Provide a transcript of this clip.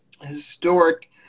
historic